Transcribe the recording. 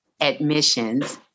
admissions